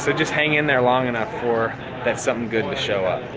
so just hang in there long enough for that something good to show up.